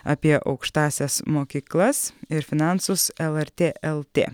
apie aukštąsias mokyklas ir finansus lrt lt